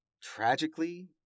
tragically